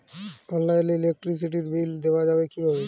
অনলাইনে ইলেকট্রিসিটির বিল দেওয়া যাবে কিভাবে?